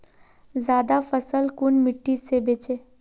ज्यादा फसल कुन मिट्टी से बेचे?